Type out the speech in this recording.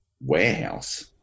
Warehouse